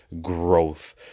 growth